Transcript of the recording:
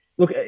Look